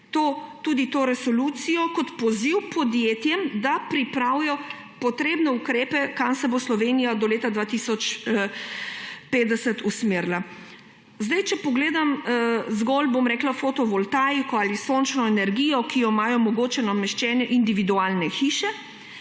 tudi to resolucijo kot poziv podjetjem, da pripravijo potrebne ukrepe, kam se bo Slovenija do leta 2050 usmerila. Če pogledam zgolj, bom rekla, fotovoltaiko ali sončno energijo, ki jo imajo mogoče nameščene individualne hiše,